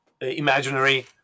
imaginary